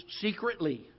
secretly